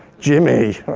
jimmy.